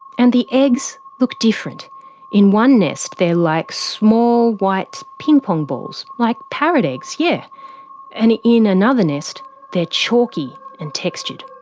and the eggs look different in one nest they're like small white ping pong balls like parrot eggs, yeah and in another nest they're chalky and textured.